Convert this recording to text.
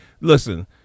Listen